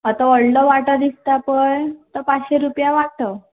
होतो व्हडलो वाटो दिसता पळय तो पाचशें रूपया वांटो